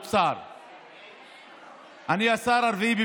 לעשות את העבודה שלה ולהגן על האזרחים של מדינת ישראל שגרים בביתם.